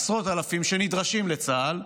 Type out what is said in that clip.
עשרות אלפים שנדרשים לצה"ל,